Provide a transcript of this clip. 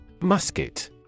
Musket